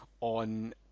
on